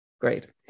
Great